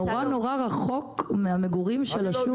נורא-נורא רחוק מהמגורים של השוק.